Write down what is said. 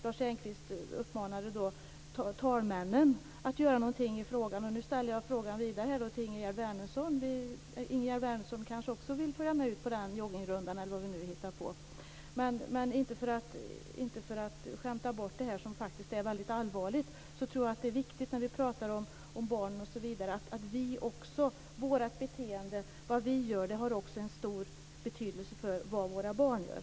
Lars Engqvist uppmanade då talmännen att göra något i frågan. Nu ställer jag frågan vidare här till Ingegerd Wärnersson. Vill kanske Ingegerd Wärnersson också följa med på joggningsrundan eller vad vi nu hittar på? För att inte skämta bort det här som faktiskt är väldigt allvarligt, vill jag säga att vad vi gör har stor betydelse för vad våra barn gör.